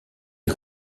est